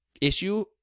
issue